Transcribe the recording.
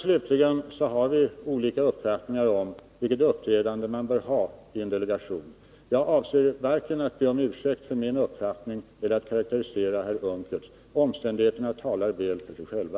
Slutligen konstaterar jag att vi har olika uppfattningar om vilket uppträdande man bör ha inom en delegation. Jag avser varken att be om ursäkt för min uppfattning eller att karakterisera herr Unckels. Omständigheterna talar väl för sig själva.